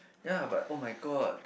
ya but oh my god